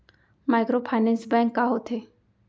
Microfinance bank का होथे?